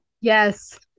yes